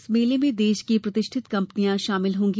इस मेले में देश की प्रतिष्ठित कम्पनियां शामिल होंगी